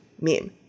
meme